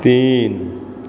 तीन